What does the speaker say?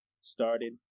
started